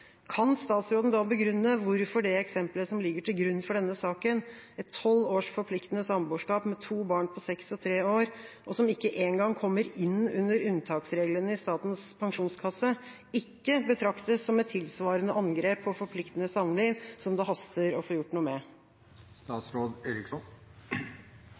Kan statsråden da begrunne hvorfor det eksemplet som ligger til grunn for denne saken, 12 års forpliktende samboerskap med to barn på seks og tre år, og som ikke engang kommer inn under unntaksreglene i Statens pensjonskasse, ikke betraktes som et tilsvarende angrep på forpliktende samliv, som det haster å få gjort noe med?